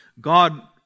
God